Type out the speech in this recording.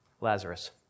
Lazarus